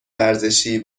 ورزشی